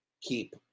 keep